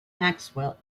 maxwell